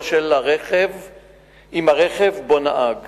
2. מה ייעשה לפיצוי העציר על החזקתו במעצר שלא כדין יום